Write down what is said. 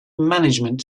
management